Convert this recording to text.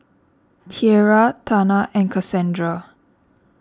Tiera Tana and Kasandra